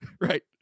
right